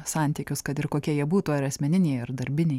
santykius kad ir kokie jie būtų ar asmeniniai ar darbiniai